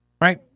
right